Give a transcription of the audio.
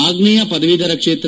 ಆಗ್ನೇಯ ಪದವೀಧರ ಕ್ಷೇತ್ರ